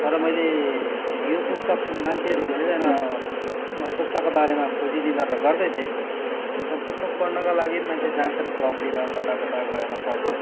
तर मैले यो पुस्तक मान्छेहरू धेरैजना पुस्तकको बारेमा खोजी निन्दा त गर्दै थिए त तर पुस्तक पढ्नका लागि पनि मान्छे जान्छन् क्लबतिर कता कता गएर पढ्छन्